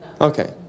Okay